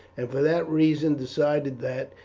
and for that reason decided that,